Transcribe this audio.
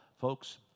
Folks